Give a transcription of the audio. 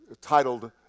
titled